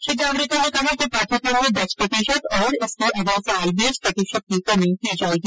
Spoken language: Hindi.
श्री जावड़ेकर ने कहा कि पाठ्यक्रम में दस प्रतिशत और इसके अगले वर्ष बीस प्रतिशत की कमी की जाएगी